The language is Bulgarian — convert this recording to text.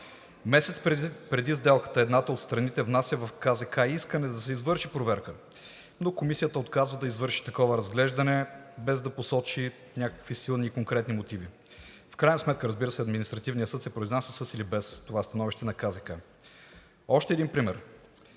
Месец преди сделката едната от страните внася в КЗК искане да се извърши проверка, но Комисията отказва да извърши такова разглеждане, без да посочи някакви силни и конкретни мотиви. В крайна сметка, разбира се, Административният съд се произнася със или без това становище на КЗК. Още един пример.